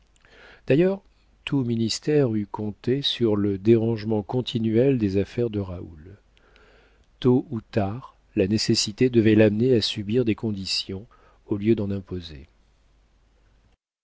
d'ailleurs tout ministère eût compté sur le dérangement continuel des affaires de raoul tôt ou tard la nécessité devait l'amener à subir des conditions au lieu d'en imposer